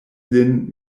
lin